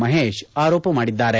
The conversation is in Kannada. ಮಹೇಶ್ ಆರೋಪ ಮಾಡಿದ್ದಾರೆ